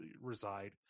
reside